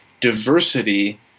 diversity